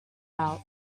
out